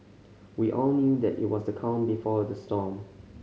we all knew that it was the calm before the storm